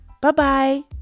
Bye-bye